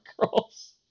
Girls